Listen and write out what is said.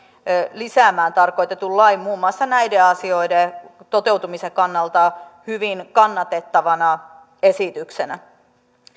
lisäämään tarkoitetun lain muun muassa näiden asioiden toteutumisen kannalta hyvin kannatettavana esityksenä